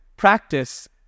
practice